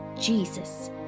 Jesus